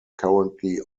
currently